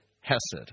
hesed